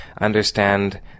understand